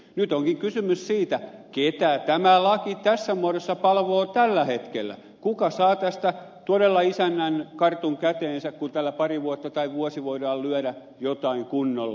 nyt onkin kysymys siitä ketä tämä laki tässä muodossa palvelee tällä hetkellä kuka saa tästä todella isännän kartun käteensä kun tällä parin vuoden tai vuoden päästä voidaan lyödä jotain kunnolla